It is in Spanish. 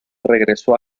regresó